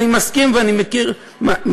אני מסכים עם חברי